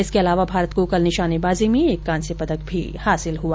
इसके अलावा भारत को कल निशानेबाजी में एक कांस्य पदक भी हासिल हुआ